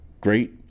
great